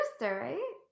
right